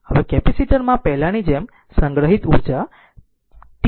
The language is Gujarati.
હવે કેપેસિટર માં પહેલાંની જેમ સંગ્રહિત ઉર્જા t pdt છે